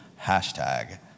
Hashtag